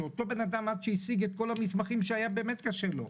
שאותו בן אדם עד שהשיג את כל המסמכים שהיה באמת קשה לו,